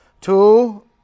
Two